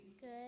Good